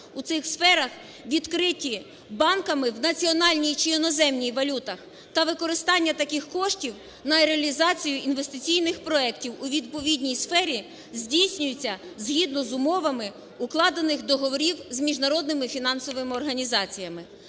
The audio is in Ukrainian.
у цих сферах, відкриті банками в національній, чи іноземній валютах. Та використання таких коштів на реалізацію інвестиційних проектів, у відповідній сфері, здійснюються згідно з умовами укладених договорів з міжнародними фінансовими організаціями.